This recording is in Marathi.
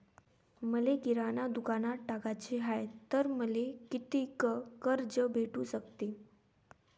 मले किराणा दुकानात टाकाचे हाय तर मले कितीक कर्ज भेटू सकते?